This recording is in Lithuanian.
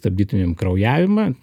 stabdytumėm kraujavimą